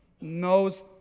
Knows